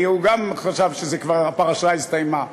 כי הוא גם חשב שכבר הפרשה הסתיימה.